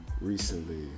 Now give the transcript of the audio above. recently